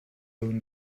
own